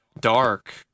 dark